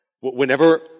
whenever